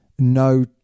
No